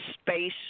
space